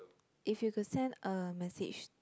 if you could send a message